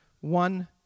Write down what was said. one